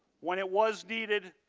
when it was needed,